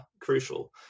crucial